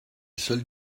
seule